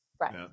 Right